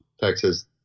Texas